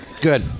good